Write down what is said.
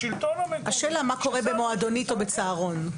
השלטון המקומי --- השאלה מה קורה במועדונית או בצהרון.